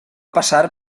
passar